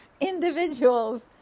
individuals